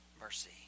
mercy